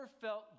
felt